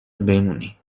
بمونی